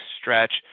stretch